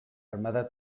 armada